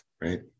right